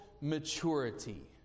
maturity